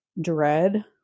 dread